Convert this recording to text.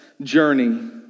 journey